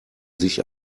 sich